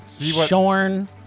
shorn